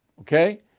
Okay